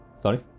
sorry